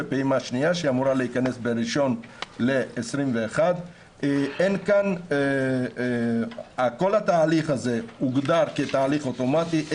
ופעימה שנייה שאמורה להיכנס בינואר 2021. כל התהליך הזה הוגדר כתהליך אוטומטי.